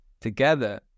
together